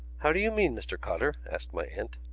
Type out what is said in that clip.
how do you mean, mr. cotter? asked my aunt.